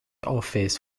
office